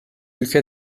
ülke